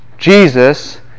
Jesus